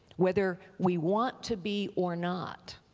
whether we want to be or not,